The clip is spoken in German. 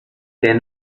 der